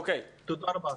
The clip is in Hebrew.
תודה רבה.